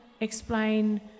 explain